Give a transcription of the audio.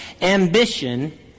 ambition